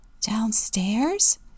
Downstairs